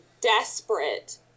desperate